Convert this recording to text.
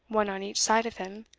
one on each side of him,